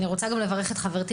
אני גם רוצה לברך את חברתי,